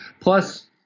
Plus